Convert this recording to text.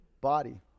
body